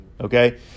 okay